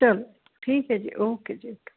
ਚਲੋ ਠੀਕ ਐ ਜੀ ਓਕੇ